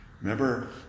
Remember